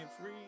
free